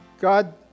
God